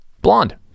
blonde